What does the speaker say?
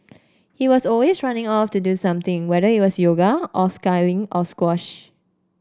he was always running off to do something whether it was yoga or skiing or squash